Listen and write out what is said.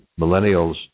millennials